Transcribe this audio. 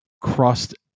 crust